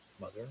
mother